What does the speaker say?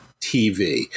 tv